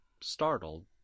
startled